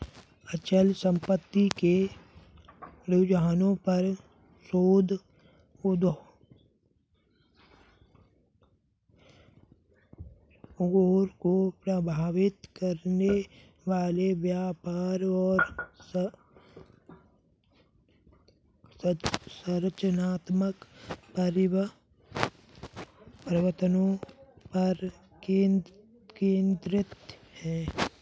अचल संपत्ति के रुझानों पर शोध उद्योग को प्रभावित करने वाले व्यापार और संरचनात्मक परिवर्तनों पर केंद्रित है